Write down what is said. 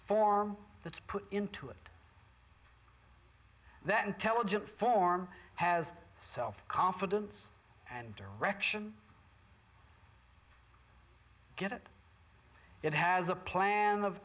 form that's put into it that intelligent form has self confidence and direction get it it has a plan of